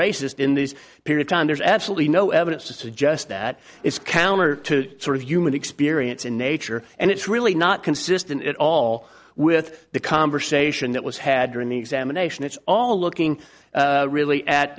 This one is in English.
racist in this period time there's absolutely no evidence to suggest that is counter to sort of human experience in nature and it's really not consistent at all with the conversation that was had during the examination it's all looking really at